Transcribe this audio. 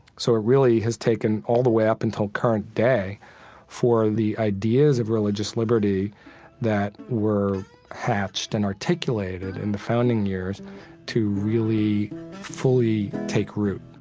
so it really has taken all the way up until current day for the ideas of religious liberty that were hatched and articulated in the founding years to really fully take root